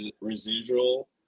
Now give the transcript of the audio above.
residual